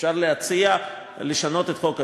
אפשר להציע לשנות את חוק השבות,